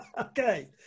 Okay